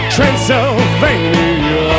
Transylvania